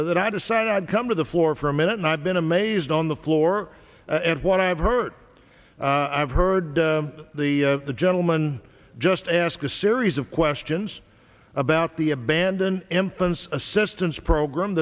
that i decided i'd come to the floor for a minute and i've been amazed on the floor and what i've heard i've heard the the gentleman just ask a series of questions about the abandon emphasis assistance program